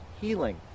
healing